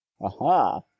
Aha